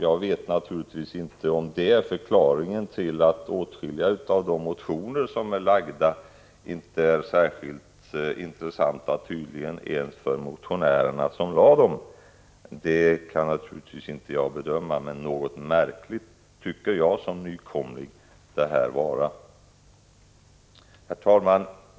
Jag vet naturligtvis inte om det är förklaringen till att åtskilliga av de motioner som har väckts inte tycks vara särskilt intressanta ens för motionärerna själva. Det kan naturligtvis inte jag bedöma, men något märkligt tycker jag som nykomling ändå att det är. Herr talman!